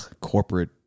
corporate